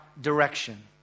direction